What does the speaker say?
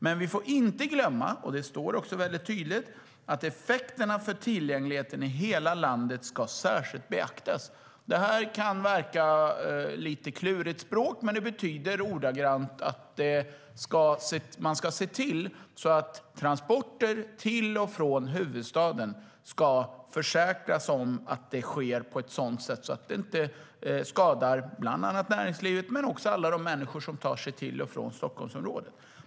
Men vi får inte glömma - det säger jag också tydligt i interpellationssvaret - att effekterna för tillgängligheten i hela landet särskilt ska beaktas. Språket kan verka lite klurigt; det betyder att man ska försäkra sig om att transporter till och från huvudstaden sker på ett sådant sätt att det inte skadar till exempel näringslivet eller alla de människor som tar sig till och från Stockholmsområdet.